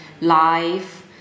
life